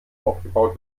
abgebaut